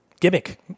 gimmick